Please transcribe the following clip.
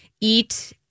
eat